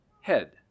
head